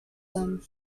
them